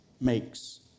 makes